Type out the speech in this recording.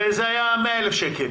זה היה 100,000 שקלים,